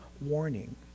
warning